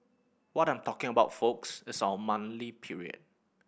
what I'm talking about folks is our monthly period